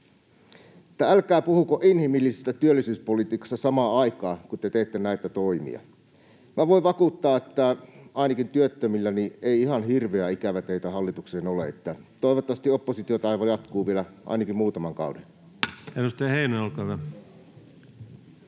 Älkää puhuko inhimillisestä työllisyyspolitiikasta samaan aikaan, kun te teette näitä toimia. Minä voin vakuuttaa, että ainakaan työttömillä ei ihan hirveä ikävä teitä hallitukseen ole, eli toivottavasti oppositiotaival jatkuu vielä ainakin muutaman kauden. [Speech